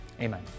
Amen